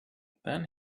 then